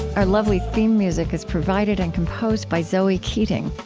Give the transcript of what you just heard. our lovely theme music is provided and composed by zoe keating.